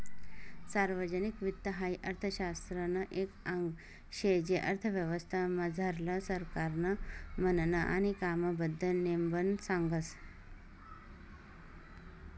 सार्वजनिक वित्त हाई अर्थशास्त्रनं एक आंग शे जे अर्थव्यवस्था मझारलं सरकारनं म्हननं आणि कामबद्दल नेमबन सांगस